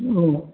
औ